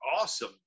Awesome